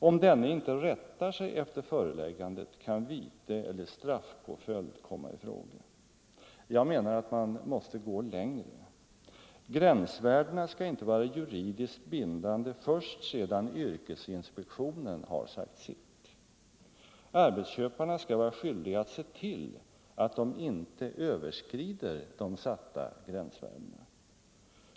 Om denne inte rättar sig efter föreläggandet kan vite eller straffpåföljd komma i fråga. Jag menar att man måste gå längre. Gränsvärdena skall inte vara juridiskt bindande först sedan yrkesinspektionen sagt sitt. Arbetsköparna skall vara skyldiga att se till att de inte överskrider de satta gränsvärdena.